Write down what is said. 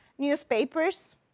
newspapers